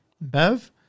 Bev